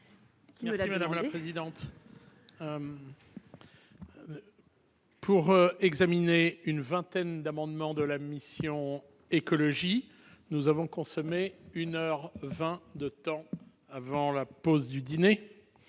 avez madame la présidente. Pour examiner une vingtaine d'amendements de la mission Écologie nous avons consommé une heure 20 de temps avant la pause du dîner,